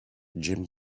jim